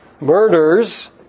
murders